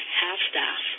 half-staff